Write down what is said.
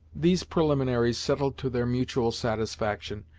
these preliminaries settled to their mutual satisfaction,